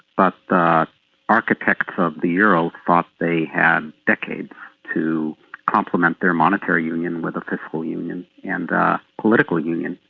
but the architects of the euro thought they had decades to complement their monetary union with a fiscal union and political union.